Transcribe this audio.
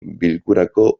bilkurako